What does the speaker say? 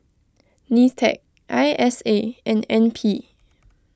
Nitec I S A and N P